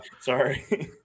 Sorry